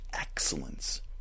excellence